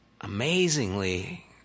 amazingly